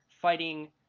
fighting